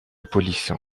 police